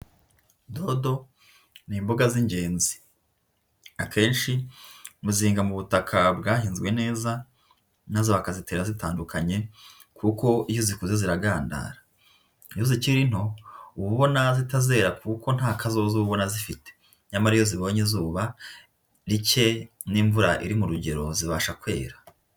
Dodo ni imboga z'ingenzi akenshi mu zihinga mu butaka bwahinzwe neza, maze bakazitera zitandukanye kuko iyo zikuze ziragandara, iyo zikiri nto uba ubona zitazera kuko nta kazozo uba ubona zifite, nyamara iyo zibonye izuba rike n'imvura iri mu rugero zibasha kwera.